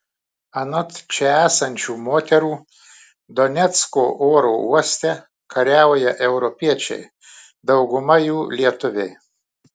anot čia esančių moterų donecko oro uoste kariauja europiečiai dauguma jų lietuviai